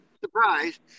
Surprise